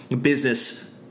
business